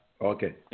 okay